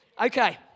Okay